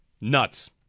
Nuts